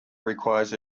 requires